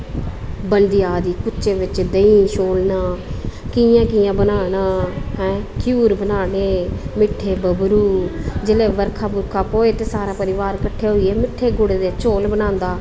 बनदी आ'वा दी कुजें बिच्च देहीं छोलना कि'यां कि'यां बनाना हैं घ्यूर बनाने मिट्ठे बब्बरू जिसलै बरखा बुरखा ओ सारा परिवार किट्ठा होइयै गुड़े दे मिट्ठे चौल बनांदा